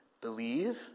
believe